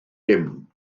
dim